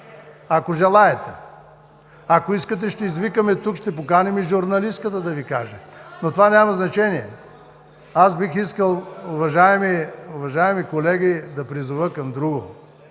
Ако желаете. Ако искате, ще извикаме тук, ще поканим и журналистката да Ви каже. Но това няма значение. Аз бих искал, уважаеми колеги, да призова към друго.